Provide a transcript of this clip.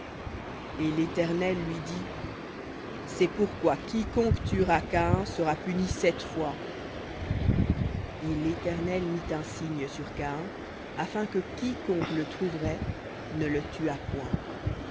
et l'éternel lui dit c'est pourquoi quiconque tuera caïn sera puni sept fois et l'éternel mit un signe sur caïn afin que quiconque le trouverait ne le tuât point